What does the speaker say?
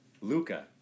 Luca